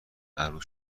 عروس